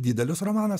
didelis romanas